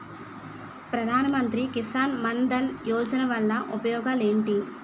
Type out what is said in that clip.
ప్రధాన మంత్రి కిసాన్ మన్ ధన్ యోజన వల్ల ఉపయోగాలు ఏంటి?